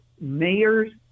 mayors